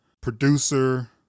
producer